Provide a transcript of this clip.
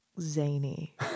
zany